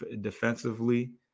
defensively